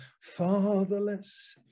fatherless